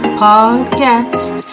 podcast